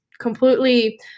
completely